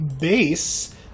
base